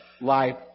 life